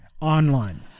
Online